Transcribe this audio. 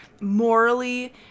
morally